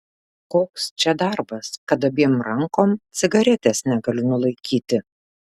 koks čia darbas kad abiem rankom cigaretės negaliu nulaikyti